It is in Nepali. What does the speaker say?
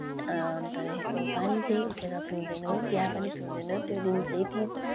अन्त त्यहाँदेखिको पानी चाहिँ उठेर पिउँदैनौँ चिया पनि पिउँदैनौँ त्यो दिन चाहिँ तिज